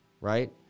right